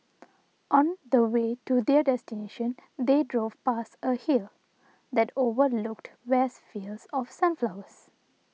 on the way to their destination they drove past a hill that overlooked vast fields of sunflowers